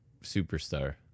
superstar